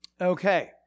Okay